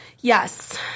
Yes